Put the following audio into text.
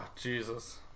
Jesus